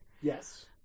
Yes